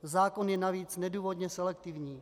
Zákon je navíc nedůvodně selektivní.